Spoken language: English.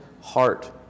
heart